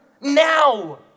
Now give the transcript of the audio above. now